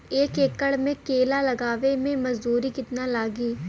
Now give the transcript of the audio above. एक एकड़ में केला लगावे में मजदूरी कितना लागी?